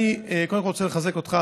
אני קודם כול רוצה לחזק אותך,